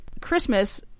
Christmas